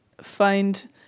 find